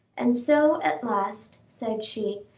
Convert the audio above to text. and so at last, said she,